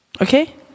okay